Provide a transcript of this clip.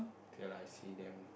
till I see them